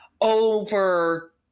over